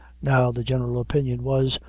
now, the general opinion was,